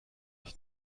mich